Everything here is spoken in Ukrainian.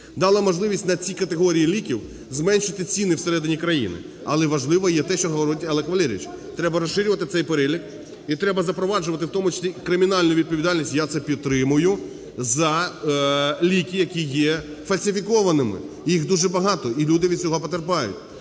дала можливість на ці категорії ліків зменшити ціни всередині країни. Але важливо є те, що говорить Олег Валерійович. Треба розширювати цей перелік і треба запроваджувати в тому числі і кримінальну відповідальність, я це підтримую, за ліки, які фальсифікованими, їх дуже багато і люди від цього потерпають.